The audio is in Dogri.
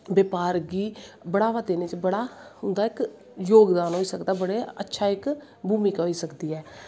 ब्यापहार बी बड़ावा देनें च बड़ा उंदा इक योगदान होई सकदा बड़ा अच्छठा इक भुमिका होई सकदी ऐ